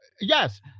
Yes